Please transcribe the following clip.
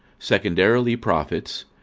secondarily prophets,